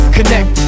Connect